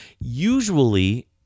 usually